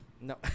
No